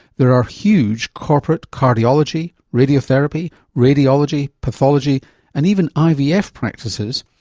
there are huge corporate cardiology, radiotherapy, radiology, pathology and even ivf practices,